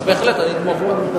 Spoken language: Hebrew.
בהחלט אני אתמוך בה.